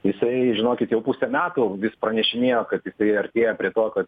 jisai žinokit jau pusę metų vis pranešinėjo kad priartėja prie to kad